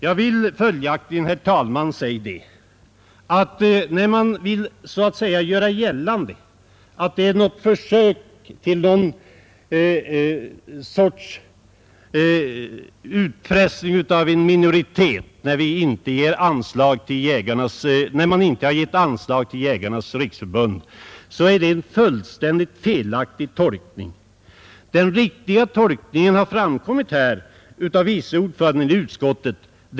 Jag vill följaktligen, herr talman, säga att när man gör gällande att det är försök till någon sorts utpressning av en minoritet, när det inte lämnats statsbidrag till Jägarnas riksförbund, är det en fullständigt felaktig tolkning. Den riktiga tolkningen har givits av vice ordföranden i utskottet.